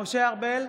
משה ארבל,